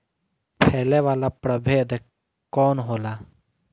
फैले वाला प्रभेद कौन होला?